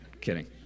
kidding